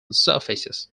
surfaces